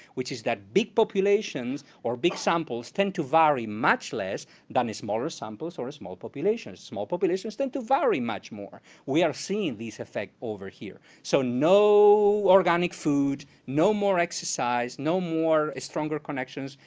which is that big populations, or big samples tend to very much less than the smaller samples or small populations. small populations tend to vary much more. we are seeing these effects over here. so no organic food, no more exercise, no more stronger connections,